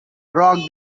rock